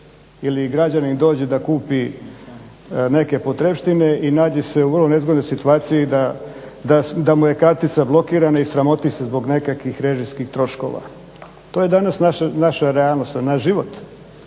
ili građanin dođe da kupi neke potrepštine i nađe se u vrlo nezgodnoj situaciji da mu je kartica blokirana i sramoti se zbog nekakvih režijskih troškova. To je danas naša realnost, to je naš život.